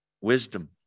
wisdom